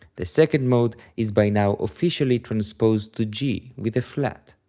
the second mode is by now officially transposed to g with a flat.